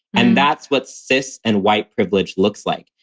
and that's what cis and white privilege looks like,